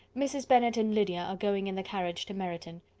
mrs. bennet and lydia are going in the carriage to meryton.